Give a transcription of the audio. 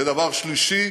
בדבר שלישי,